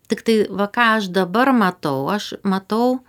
tiktai va ką aš dabar matau aš matau